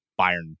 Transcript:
Bayern